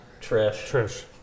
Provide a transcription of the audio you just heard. Trish